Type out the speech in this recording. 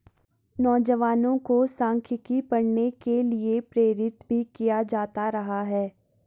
नौजवानों को सांख्यिकी पढ़ने के लिये प्रेरित भी किया जाता रहा है